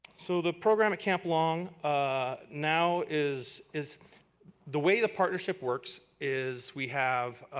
so the program at camp long ah now is is the way the partnership works is we have